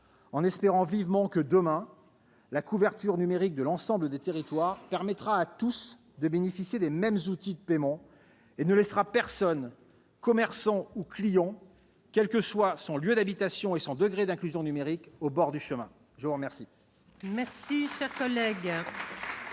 en espérant vivement que, demain, la couverture numérique de l'ensemble des territoires permettra à tous de bénéficier des mêmes outils de paiement et ne laissera personne, commerçant ou client, quels que soient leur lieu d'habitation et leur degré d'inclusion numérique, au bord du chemin. La parole